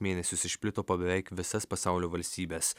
mėnesius išplito po beveik visas pasaulio valstybes